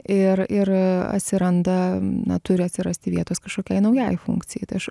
ir ir atsiranda na turi atsirasti vietos kažkokiai naujai funkcijai tai aš